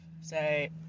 say